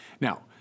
Now